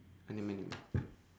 ah nevermind nevermind